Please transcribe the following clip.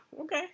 okay